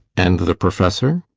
and the professor?